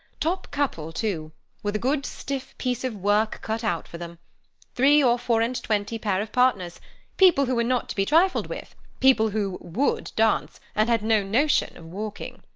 top couple, too with a good stiff piece of work cut out for them three or four and twenty pair of partners people who were not to be trifled with people who would dance, and had no notion of walking.